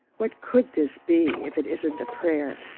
what could this be if it isn't a prayer?